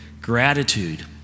gratitude